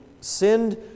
sinned